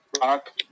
rock